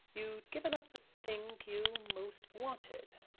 you'd given up the thing you most wanted.